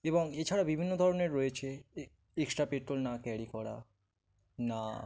এবং এছাড়া বিভিন্ন ধরনের রয়েছে এক্সট্রা পেট্রোল না ক্যারি করা না